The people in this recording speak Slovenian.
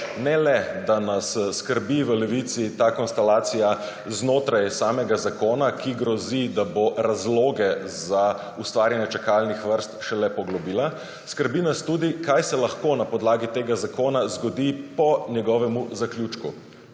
ne le, da nas skrbi v Levici ta konstalacija znotraj samega zakona, ki grozi, da bo razloge za ustvarjanje čakalnih vrst šele poglobila, skrbi nas tudi kaj se lahko na podlagi tega zakona zgodi po njegovem zaključku.